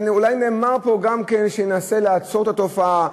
ואולי נאמר פה גם כן שננסה לעצור את התופעה,